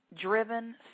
driven